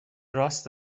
راس